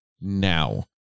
now